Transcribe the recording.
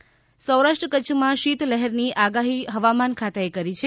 હવામાન સૌરાષ્ટ્ર કચ્છ માં શીત લહેર ની આગાહી હવામાન ખાતા એ કરી છે